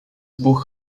buch